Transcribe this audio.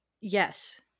Yes